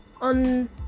on